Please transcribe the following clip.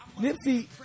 Nipsey